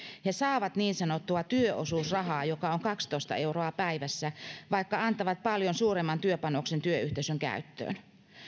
he saavat niin sanottua työosuusrahaa joka on kaksitoista euroa päivässä vaikka antavat paljon suuremman työpanoksen työyhteisön käyttöön